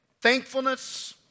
thankfulness